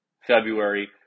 February